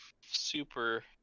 super